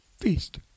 feast